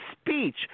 speech